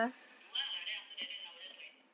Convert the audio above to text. do ah then after that then I will just like